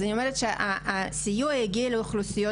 אז אני אומרת שהסיוע הגיע לאוכלוסיות